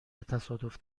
تصادف